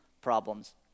problems